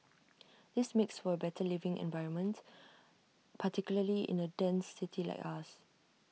this makes for A better living environment particularly in A dense city like us